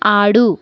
ఆడు